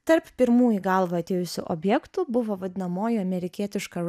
tarp pirmų į galvą atėjusių objektų buvo vadinamoji amerikietiška